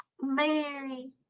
Mary